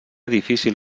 difícil